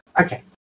Okay